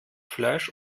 fleisch